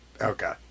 okay